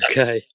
Okay